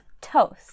toast